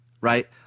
right